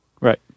Right